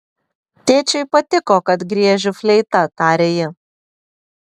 tėčiui patiko kad griežiu fleita tarė ji